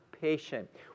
patient